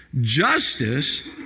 Justice